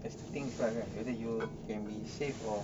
that's the things lah kan whether you can be safe or